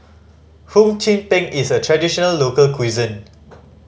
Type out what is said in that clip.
Hum Chim Peng is a traditional local cuisine